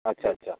আচ্ছা আচ্ছা